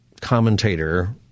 commentator